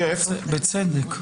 בצדק.